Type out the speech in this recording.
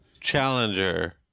Challenger